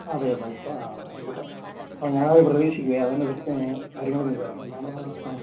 അതെ പൈസ ആ ആയിക്കോട്ടെ ആ ഞാനത് പ്രതീക്ഷിക്കും അതനുസരിച്ചേ ഞാൻ കാര്യങ്ങള് നീക്കുക അപ്പോൾ ഞാൻ ആ